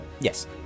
Yes